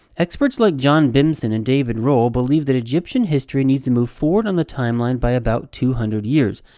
experts like john bimson and david rohl believe that egyptian history needs to move forward on the timeline by about two hundred years.